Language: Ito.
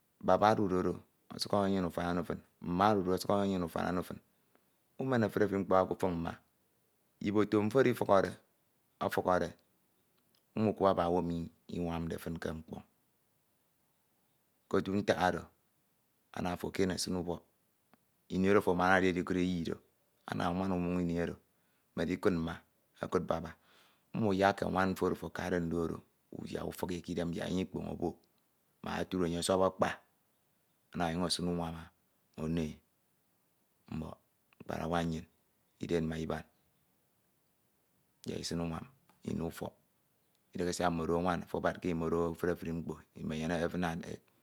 Baba odude oro ọsuk enyenyene ufan oro fin, mma odude oro, osuk enyenyene ufan ono fin, umen efuri efin mkpo uka ukọfuk mma iboto mfo oro ifukhọde ofukhọde umukwe owu emi iwamde fin ke mkpo k'otu ntak oro ana ofo ekiene esin ubọk ini oro ofo amanade edikud eyi do ana anwan unwoñ ini oro. Medikud mma okud baba umuyakke nwan ofo oro ofo akade ndo do uyak ufik e k'idem yak enye ikpoñ obo mak otude enye ọsọp akpa, ana ọnyuñ esin unwam one mbọk mkparawa nnyin idem ma iban yak isin unwam ino ufọk idihe siak mmodo nwan afo abad ke emo imido efuri efuri mkpo imenyene heaven and earth